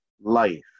life